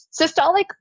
Systolic